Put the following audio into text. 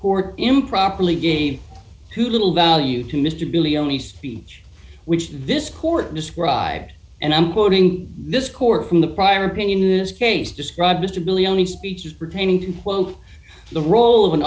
court improperly gave to little value to mr bailey only speech which this court described and i'm quoting this court from the prior opinion in this case described mr billy only speeches pertaining to quote the role of an